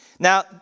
Now